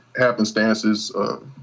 happenstances